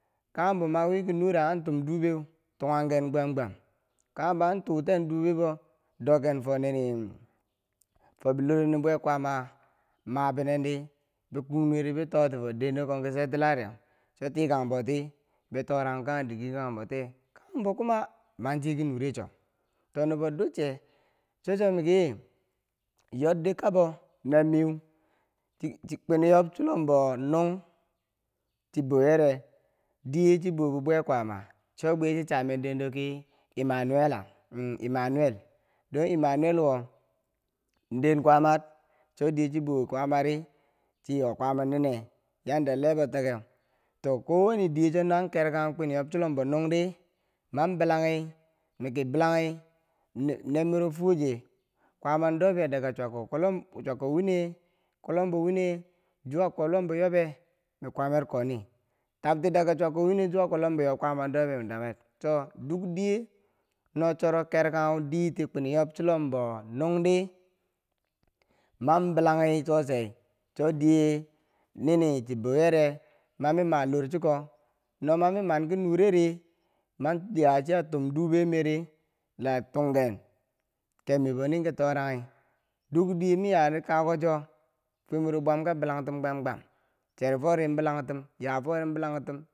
Kanghenbo ma wiki nureu antum dubeu tunghanken gwam gwam Kanghenbo an tuten dubebo dokken fo nine fobi loronin bwei kwama mabinendi be kun, nuweri be to tifo den do komki satellite cho tikangboti be toran Kanghem dike Kanghenboti Kanghenbo kuma manche kinureche to nubo duche cho- cho miki yoddi kabo na miu kwini yob chilombo nung chi boyere diye chi boubiwei kwaama chobwiye chi chamen dendo ki Emmanuela umm Emmanuele dong Emmanuel wo den kwamar cho diye chi bo kwamari chi yo kwama nine yanda lebbo tokeu, to kowanne diyecho no han kerkangye kwini yob chilombo nungdi manbilanghi miki manbilanghi nermiro fuwoje kwaama dobye daga chwyako kwolom chwyako wine kwob lombo wini juwa kwobchilombo yobe min kwamer koni tabti daga chwyako wine juwa koblombo yob kwobchilom yobe kwama dobye mi damar cho koni cho dukdiye no choro ker kanghu diiti kwini yob chulombo nungdi man bilanghi sosai cho diye nini chi boyere mami ma lor chuko no ma mi man ki nure ri, man ya chia tum dube miiri la tunghen kebmibbonin ki toranghi duk diye mi yari kakuko cho fwer miro bwam ka bilangtum gwam gwam cher bfori bilangtum, ya fori bilangtum.